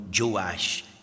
Joash